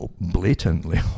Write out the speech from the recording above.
blatantly